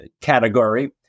category